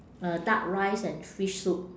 uh duck rice and fish soup